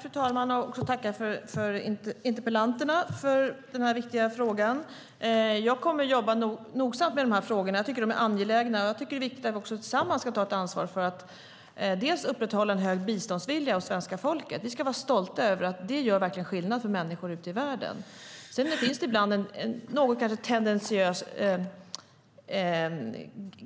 Fru talman! Jag vill tacka interpellanten och övriga debattörer för den viktiga interpellationen. Jag kommer att jobba nogsamt med dessa frågor. De är angelägna. Jag tycker att det är viktigt att vi tillsammans tar ansvar för att upprätthålla en hög biståndsvilja hos svenska folket. Vi ska vara stolta över att det verkligen gör skillnad för människor ute i världen. Sedan finns det ibland en kanske något tendentiös,